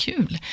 Kul